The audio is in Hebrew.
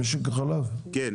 אם אתם